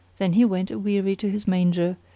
then he went aweary to his manger,